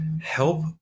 help